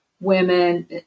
women